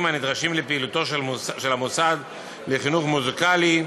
הנדרשים לפעילותו של המוסד לחינוך מוזיקלי,